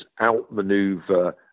outmaneuver